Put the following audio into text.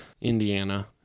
Indiana